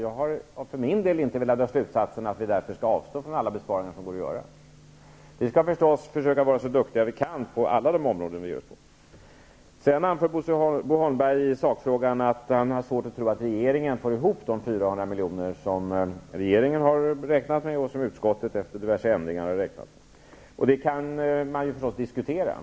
Jag har för min del inte velat dra slutsatsen att vi därför skall avstå från alla besparingar som går att göra. Vi skall förstås försöka vara så duktiga vi kan på alla områden. Bo Holmberg anför också att han har svårt att tro att regeringen får ihop de 400 miljoner som regeringen har räknat med och som utskottet efter diverse ändringar har räknat med. Detta kan man förstås diskutera.